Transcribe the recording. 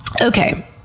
Okay